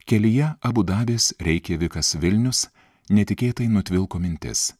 kelyje abu dabis reikjavikas vilnius netikėtai nutvilko mintis